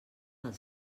del